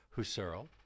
Husserl